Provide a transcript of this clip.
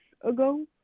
ago